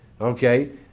Okay